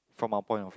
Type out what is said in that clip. from our point of